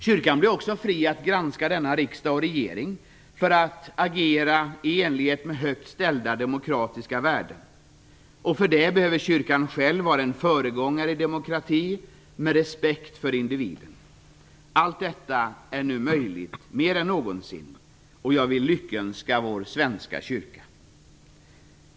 Kyrkan blir också fri att granska riksdag och regering i enlighet med högt ställda demokratiska värden. För detta behöver kyrkan själv vara en föregångare i fråga om demokrati och respekt för individen. Detta är nu mer än någonsin möjligt, och jag vill lyckönska vår svenska kyrka.